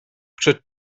przed